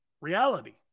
Reality